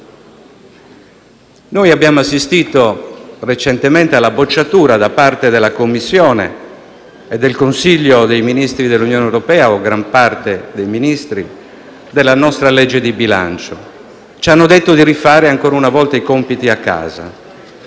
Noi abbiamo assistito recentemente alla bocciatura da parte della Commissione e del Consiglio dei ministri dell'Unione europea (o di gran parte dei Ministri) della nostra legge di bilancio. Ci hanno detto di rifare, ancora una volta, i compiti a casa.